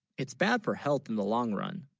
it's bad for health in the long run